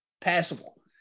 passable